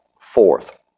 Fourth